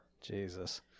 Jesus